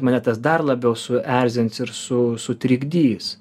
mane tas dar labiau suerzins ir su sutrikdys